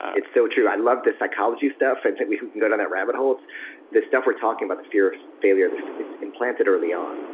it's so true. i love the psychology stuff and we can go down that rabbit hole. it's the stuff we're talking about, the fear of failure, it's implanted early on.